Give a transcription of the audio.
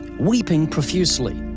weeping profusely.